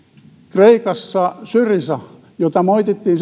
kreikassa syriza jota moitittiin